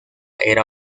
era